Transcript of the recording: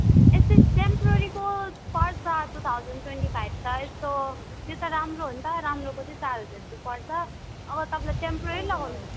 यस्तै टेम्पोररीको पर्छ टु थाउज्यान्ड ट्वेन्टी फाइभ त यस्तो त्यो त राम्रो हो नि त राम्रोको चाहिँ चार हजार रुपियाँ पर्छ अब तपाईँले टेम्पोररी लगाउनुहुन्छ